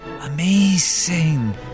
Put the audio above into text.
amazing